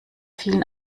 vielen